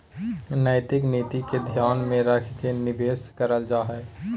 नैतिक नीति के ध्यान में रख के निवेश करल जा हइ